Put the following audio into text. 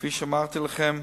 כפי שאמרתי לכם,